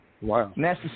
Wow